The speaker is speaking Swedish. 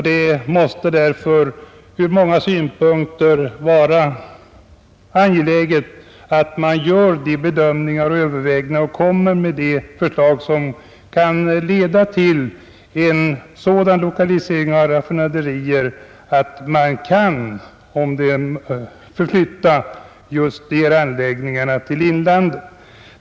Det måste därför vara angeläget att göra de överväganden och komma med de förslag som kan leda till en sådan lokalisering av raffinaderier att de kan förflyttas till inlandet.